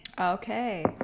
Okay